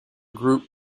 group